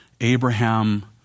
Abraham